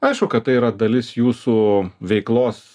aišku kad tai yra dalis jūsų veiklos